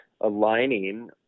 aligning